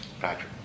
Patrick